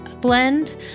blend